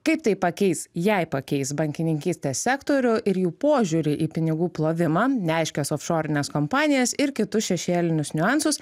kaip tai pakeis jei pakeis bankininkystės sektorių ir jų požiūrį į pinigų plovimą neaiškias ofšorines kompanijas ir kitus šešėlinius niuansus